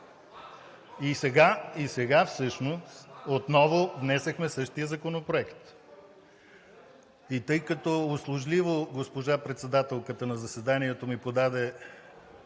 И сега всъщност отново внесохме същия Законопроект. И тъй като услужливо госпожа председателката на заседанието ми подаде